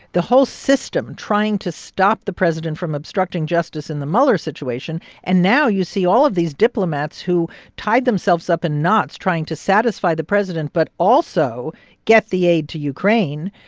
the whole system trying to stop the president from obstructing justice in the mueller situation and now you see all of these diplomats who tied themselves up in knots trying to satisfy the president but also get the aid to ukraine.